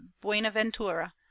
Buenaventura